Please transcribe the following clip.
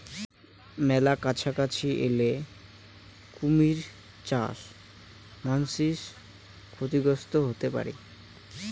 মেলা কাছাকাছি এলে কুমীর চাস মান্সী ক্ষতিগ্রস্ত হতে পারি